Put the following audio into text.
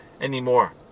anymore